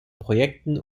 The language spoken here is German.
projekten